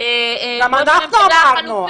--- גם אנחנו אמרנו.